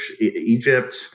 Egypt